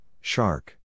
shark